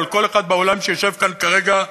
או על כל אחד שיושב כאן כרגע באולם,